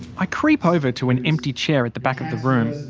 i creep over to an empty chair at the back of the room.